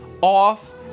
off